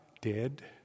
dead